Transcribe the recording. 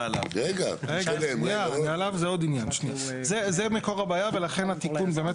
זה מקור הבעיה ולכן התיקון לא